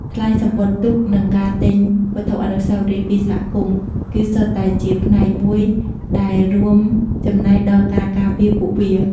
ថ្លៃសំបុត្រទូក និងការទិញវត្ថុអនុស្សាវរីយ៍ពីសហគមន៍ គឺសុទ្ធតែជាផ្នែកមួយដែលរួមចំណែកដល់ការការពារពួកវា ។